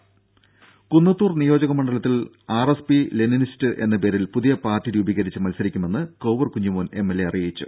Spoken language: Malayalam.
ദേദ കുന്നത്തൂർ നിയോജക മണ്ഡലത്തിൽ ആർഎസ്പി ലെനിനിസ്റ്റ് എന്ന പേരിൽ പുതിയ പാർട്ടി രൂപീകരിച്ച് മത്സരിക്കുമെന്ന് കോവൂർ കുഞ്ഞിമോൻ എംഎൽഎ അറിയിച്ചു